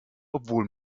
obwohl